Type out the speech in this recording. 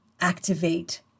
Activate